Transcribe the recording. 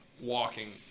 walking